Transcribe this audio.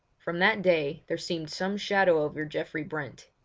from that day there seemed some shadow over geoffrey brent.